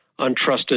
untrusted